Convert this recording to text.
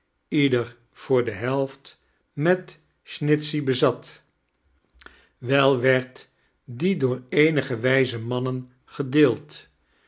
ieder voor de helft meti snitchey bezat wel werd die door eenige wijze man tien gedeeld